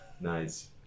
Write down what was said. Nice